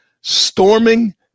storming